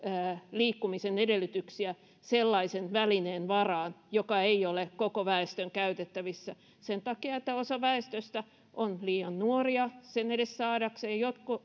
liikkumisen edellytyksiä sellaisen välineen varaan joka ei ole koko väestön käytettävissä sen takia että osa väestöstä on liian nuoria sen saadakseen